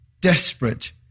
desperate